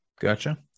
Gotcha